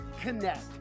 CONNECT